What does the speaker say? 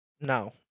No